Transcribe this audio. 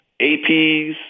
APs